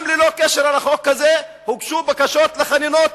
גם ללא קשר לחוק הזה הוגשו בקשות לחנינות,